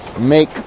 make